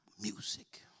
music